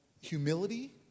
humility